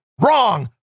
wrong